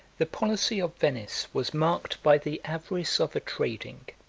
the policy of venice was marked by the avarice of a trading,